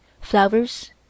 flowers